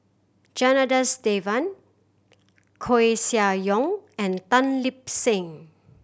Janadas Devan Koeh Sia Yong and Tan Lip Seng